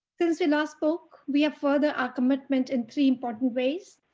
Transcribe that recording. since we last spoke. we have further our commitment in three important ways.